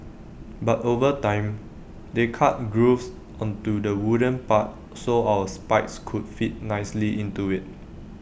but over time they cut grooves onto the wooden part so our spikes could fit nicely into IT